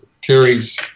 Terry's